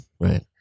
right